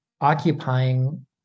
occupying